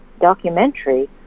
documentary